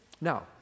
Now